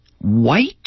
White